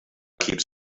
keeps